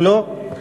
לא.